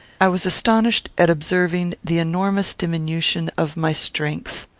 i was astonished at observing the enormous diminution of my strength.